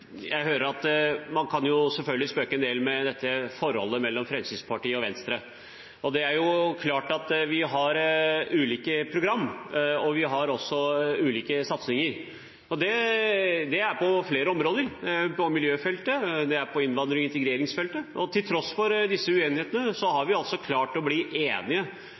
Man kan selvfølgelig spøke en del med forholdet mellom Fremskrittspartiet og Venstre. Det er klart at vi har ulike programmer, og vi har ulike satsinger. Det gjelder flere områder – på miljøfeltet og på innvandrings- og integreringsfeltet. Til tross for disse uenighetene har vi klart å bli enige